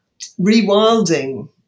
rewilding